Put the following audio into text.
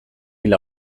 hil